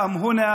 אני?